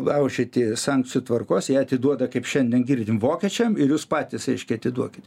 laužyti sankcijų tvarkos ją atiduoda kaip šiandien girdim vokiečiam ir jūs patys reiškia atiduokit